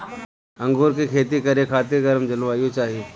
अंगूर के खेती करे खातिर गरम जलवायु चाही